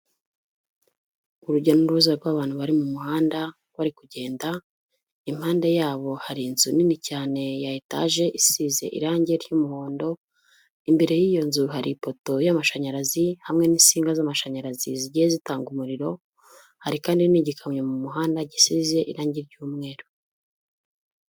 Urujya n'uruza rw'abantu bari mu muhanda bari kugenda, impande yabo hari inzu nini cyane ya etaje isize irange ry'umuhondo, imbere y'iyo nzu hari ipoto y'amashanyarazi hamwe n'insinga z'amashanyarazi zigiye zitanga umuriro, hari kandi n'igikamyo mu muhanda gisize irangi ry'umweru.